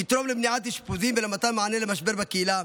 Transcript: יתרום למניעת אשפוזים ולמתן מענה למשבר בקהילה,